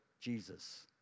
jesus